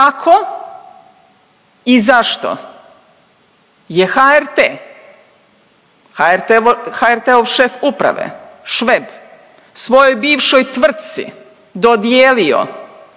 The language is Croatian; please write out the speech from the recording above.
kako i zašto je HRT, HRT-ov šef uprave Šveb svojoj bivšoj tvrtci dodijelio